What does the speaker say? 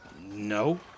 No